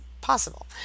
possible